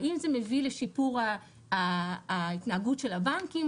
האם זה מביא לשיפור ההתנהגות של הבנקים